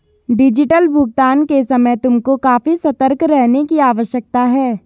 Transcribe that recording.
digital भुगतान के समय तुमको काफी सतर्क रहने की आवश्यकता है